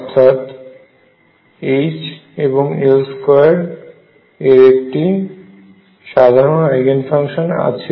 অর্থাৎ H এবং L2 এর একটি সাধারণ আইগেন ফাংশন আছে